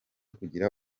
kugira